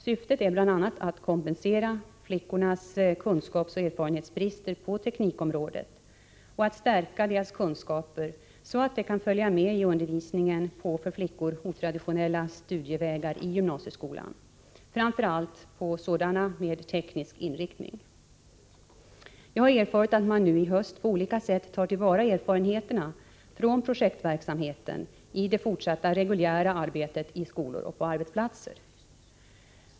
Syftet är bl.a. att kompensera flickornas kunskapsoch erfarenhetsbrister på teknikområdet och att stärka deras kunskaper så att de kan följa med i undervisningen på för flickor otraditionella studievägar i gymnasieskolan, framför allt på sådana med teknisk inriktning. Jag har erfarit att man nu i höst på olika sätt tar till vara erfarenheterna från projektverksamheten i det fortsatta reguljära arbetet i skolor och på arbetsplatser.